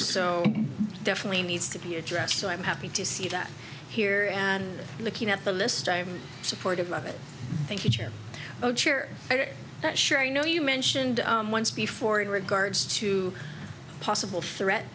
so definitely needs to be addressed so i'm happy to see that here and looking at the list i'm supportive of it thank you i get that sure you know you mentioned once before in regards to a possible threat